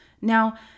Now